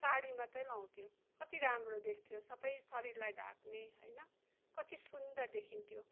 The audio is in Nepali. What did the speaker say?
साडी मात्रै लगाउँथ्यो कति राम्रो देखिन्थ्यो सबै शरीरलाई ढाक्ने होइन कति सुन्दर देखिन्थ्यो